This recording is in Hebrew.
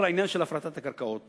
הפרטת הקרקעות